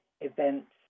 events